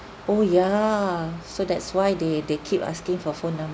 oh ya so that's why they they keep asking for phone